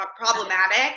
problematic